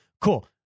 Cool